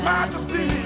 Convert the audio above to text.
Majesty